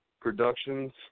Productions